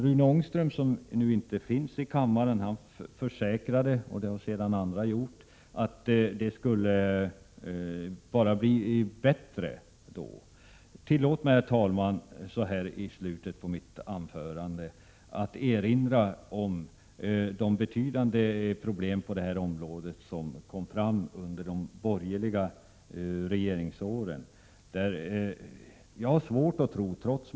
Rune Ångström, som inte längre är i kammaren, försäkrade — liksom andra har gjort — att det bara skulle bli bättre. Tillåt mig då att i slutet av mitt anförande erinra om de betydande problem på detta område som kom fram under de borgerliga regeringsåren.